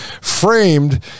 framed